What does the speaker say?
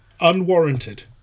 unwarranted